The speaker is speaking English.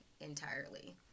entirely